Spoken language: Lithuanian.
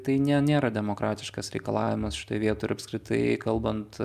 tai nė nėra demokratiškas reikalavimas šitoj vietoj ir apskritai kalbant